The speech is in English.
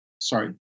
sorry